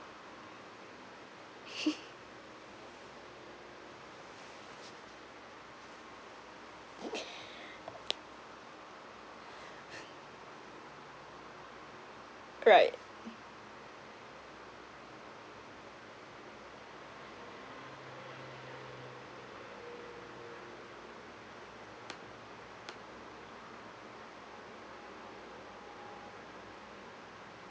right